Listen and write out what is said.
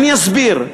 אני אסביר.